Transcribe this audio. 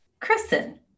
kristen